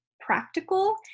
practical